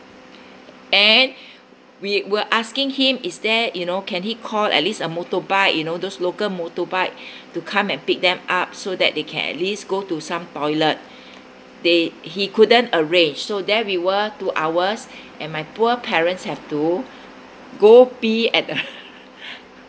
and we were asking him is that you know can he call at least a motorbike you know those local motorbike to come and pick them up so that they can at least go to some toilet they he couldn't arrange so there we were two hours and my poor parents have to go pee at the